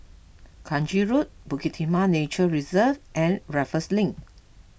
Kranji Road Bukit Timah Nature Reserve and Raffles Link